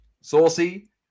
Saucy